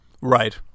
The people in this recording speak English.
Right